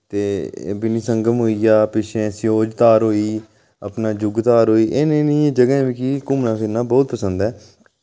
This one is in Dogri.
ते भिनिसंगम होई गेआ पिच्छें सियोजधार होई अपना जुगधार होई एह् नेहि नेहियें जगहें मिकी घुम्मना फिरना बहुत पसंद ऐ